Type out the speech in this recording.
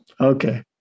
Okay